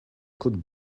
could